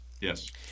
Yes